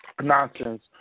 nonsense